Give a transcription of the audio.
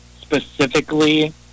specifically